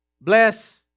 bless